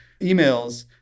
emails